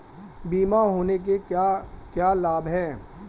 बीमा होने के क्या क्या लाभ हैं?